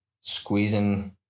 squeezing